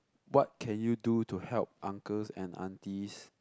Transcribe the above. what can you do to help uncles and aunties